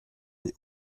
des